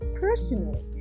personally